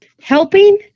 helping